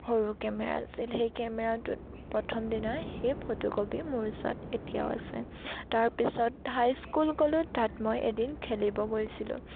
সৰু কেমেৰা আছিল সেই কেমেৰাটোত প্ৰথম দিনাৰ সেই ফটোকপি মোৰ ওচৰত এতিয়াও আছে তাৰপিছত হাইস্কুল গলোঁ তাত মই এদিন খেলিব গৈছিলোঁ